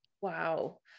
Wow